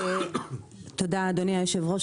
תודה, אדוני היו"ר.